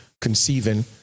conceiving